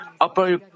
Upper